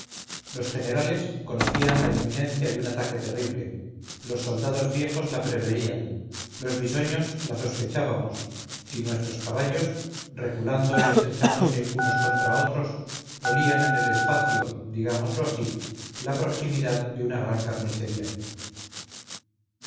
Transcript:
los generales conocían la inminencia de un ataque terrible los soldados viejos la preveían los bisoños la sospechábamos y nuestros caballos reculando y estrechándose unos contra otros olían en el espacio digámoslo así la proximidad de una gran carnicería